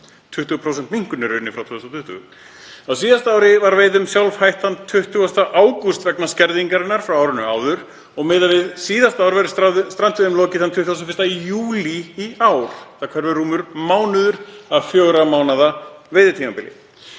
20% minnkun í rauninni frá 2020. Á síðasta ári var veiðum sjálfhætt þann 20. ágúst vegna skerðingarinnar frá árinu áður og miðað við síðasta ár verður strandveiðum lokið þann 21. júlí í ár. Þá hverfur rúmur mánuður af fjögurra mánaða veiðitímabili.